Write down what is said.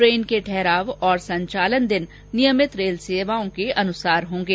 train के ठहराव तथा संचालन दिन नियमित रेल सेवाओं के अनुसार होंगे